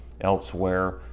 elsewhere